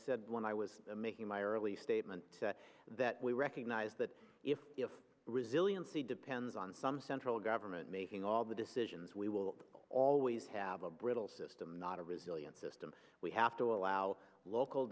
said when i was making my early statement that we recognize that if resiliency depends on some central government making all the decisions we will always have a brittle system not a resilient system we have to allow local